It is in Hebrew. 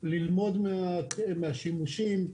ללמוד מהשימושים.